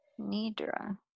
Nidra